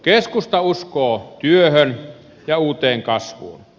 keskusta uskoo työhön ja uuteen kasvuun